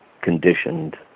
conditioned